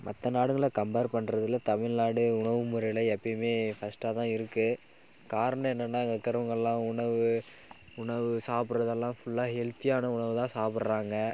மற்ற நாடுகளை கம்பேர் பண்றதில் தமிழ்நாடு உணவு முறையில் எப்போயுமே ஃபஸ்ட்டாக தான் இருக்குது காரணம் என்னென்னால் அங்கே இருக்கிறவங்கள்லாம் உணவு உணவு சாப்பிட்றதெல்லாம் ஃபுல்லாக ஹெல்த்தியான உணவு தான் சாப்பிட்றாங்க